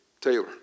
Taylor